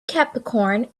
capricorn